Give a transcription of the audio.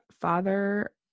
Father